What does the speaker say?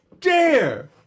dare